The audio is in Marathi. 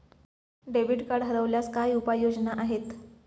डेबिट कार्ड हरवल्यास काय उपाय योजना आहेत?